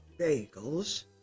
bagels